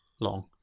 long